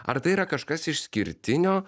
ar tai yra kažkas išskirtinio